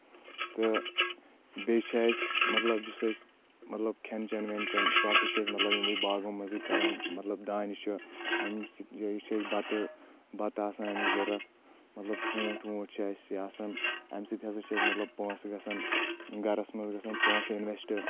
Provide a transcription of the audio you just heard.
تہٕ بیٚیہِ چھِ اَسہِ مطلب یُس اَسہِ مطلب کھؠن چؠن وؠن چؠن سُہ ہسا چھِ أسۍ مطلب یِمٕے باغو منٛزٕے کَڑان مطلب دانہِ چھُ اَمہِ سۭتۍ یہِ چھِ اَسہِ بَتہٕ بَتہٕ آسان اَمیُک ضوٚرتھ مطلب ژوٗنٛٹھۍ ووٗنٛٹھۍ چھِ اَسہِ یہِ آسان اَمہِ سۭتۍ ہسا چھِ أسۍ مطلب پونٛسہٕ گژھان گَرَس منٛز گژھان پونٛسہٕ اِنویسٹ